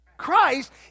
Christ